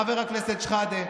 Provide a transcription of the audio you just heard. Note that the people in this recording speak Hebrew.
חבר הכנסת שחאדה,